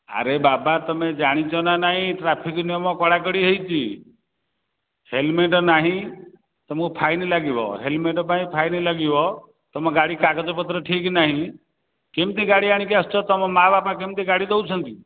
ଆରେ ବାବା ତୁମେ ଜାଣିଛ ନା ନାହିଁ ଟ୍ରାଫିକ୍ ନିୟମ କଡ଼ା କଡ଼ି ହୋଇଛି ହେଲ୍ମେଟ୍ ନାହିଁ ତୁମକୁ ଫାଇନ୍ ଲାଗିବ ହେଲ୍ମେଟ୍ ପାଇଁ ଫାଇନ୍ ଲାଗିବ ତୁମ ଗାଡ଼ି କାଗଜ ପତ୍ର ଠିକ୍ ନାହିଁ କେମିତି ଗାଡ଼ି ଆଣିକି ଆସୁଛ ତୁମ ମା' ବାପା କେମିତି ଗାଡ଼ି ଦେଉଛନ୍ତି